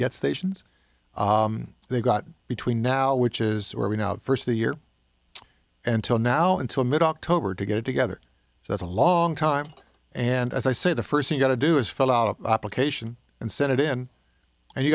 get stations they've got between now which is where we know first the year until now until mid october to get it together so that's a long time and as i say the first you got to do is fill out applications and send it in and you